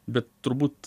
bet turbūt